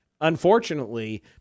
Unfortunately